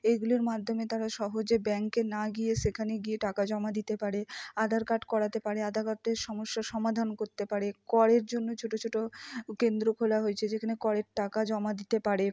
এইগুলির মাধ্যমে তারা সহজে ব্যাঙ্কে না গিয়ে সেখানে গিয়ে টাকা জমা দিতে পারে আধার কার্ড করাতে পারে আদালতের সমস্যার সমাধান করতে পারে করের জন্য ছোট ছোট কেন্দ্র খোলা হয়েছে যেখানে করের টাকা জমা দিতে পারে